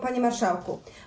Panie Marszałku!